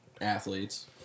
athletes